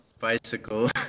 Bicycle